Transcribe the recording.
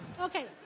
Okay